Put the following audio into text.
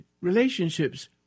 relationships